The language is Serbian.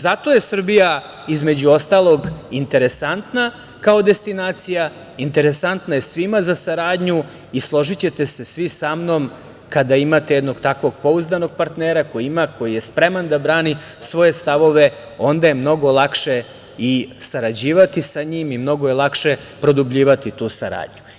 Zato je Srbija, između ostalog, interesantna kao destinacija, interesantna je svima za saradnju i, složićete se svi sa mnom, kada imate jednog takvog pouzdanog partnera koji ima, koji je spreman da brani svoje stavove, onda je mnogo lakše i sarađivati sa njim i mnogo je lakše produbljivati tu saradnju.